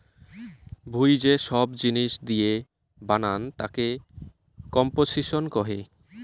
ভুঁই যে সব জিনিস দিয়ে বানান তাকে কম্পোসিশন কহে